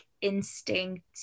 instinct